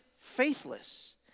faithless